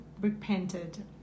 repented